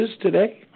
today